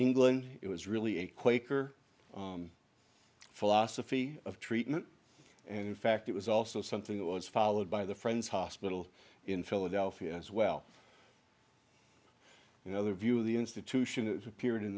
england it was really a quaker philosophy of treatment and in fact it was also something that was followed by the friends hospital in philadelphia as well you know their view of the institution has appear